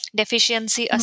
deficiency